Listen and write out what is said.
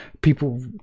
people